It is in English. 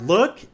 Look